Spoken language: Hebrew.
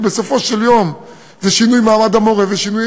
ובסופו של יום זה שינוי מעמד המורה ושינוי